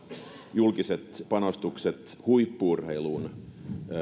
julkiset panostukset huippu urheiluun